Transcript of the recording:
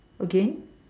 again